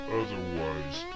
otherwise